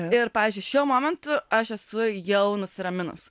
ir pavyzdžiui šiuo momentu aš esu jau nusiraminus